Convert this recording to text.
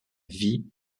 vie